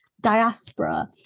diaspora